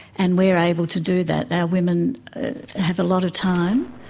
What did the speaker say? and we are able to do that. our women have a lot of time,